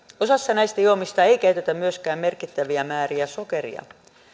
osassa näistä juomista ei käytetä myöskään merkittäviä määriä sokeria